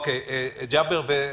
ג'אבר עסאקלה,